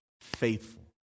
faithful